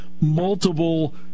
multiple